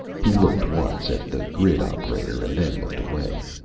he looked once at the grid operator and then looked away.